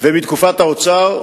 ומתקופת האוצר.